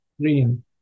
green